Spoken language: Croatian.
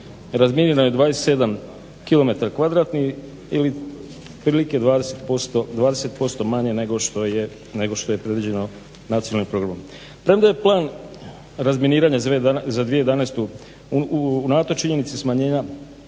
kilometara kvadratnih ili otprilike 20% manje nego što je predviđeno nacionalnim programom. Premda je plan razminiranja za 2011., unatoč činjenici smanjenja